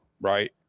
right